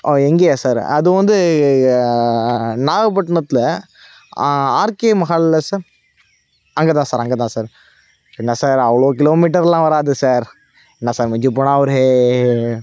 ஓ எங்கையா சார் அது வந்து நாகப்பட்னத்தில் ஆர்கே மஹாலில் சார் அங்கே தான் சார் அங்கே தான் சார் என்ன சார் அவ்வளோ கிலோமீட்டர்லாம் வராது சார் என்ன சார் மிஞ்சிப் போனால் ஒரு